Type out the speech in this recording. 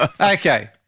Okay